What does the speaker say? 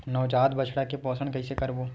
नवजात बछड़ा के पोषण कइसे करबो?